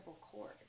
cord